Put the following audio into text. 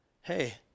hey